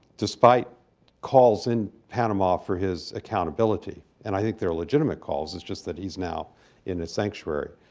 despite calls in panama for his accountability and i think they're legitimate calls it's just that he's now in a sanctuary.